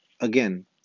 again